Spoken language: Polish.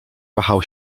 wahał